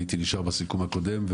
הייתי נשאר בסיכום הקודם,